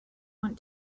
want